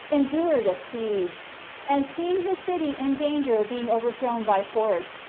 endured a siege and seeing his city in danger of being overthrown by force,